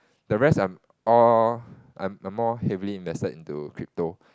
the rest I'm all I'm I'm more heavily invested into crypto